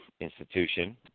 Institution